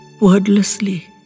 wordlessly